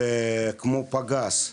זה כמו פגז.